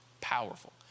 powerful